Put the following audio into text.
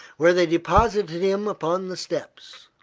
where they deposited him upon the steps.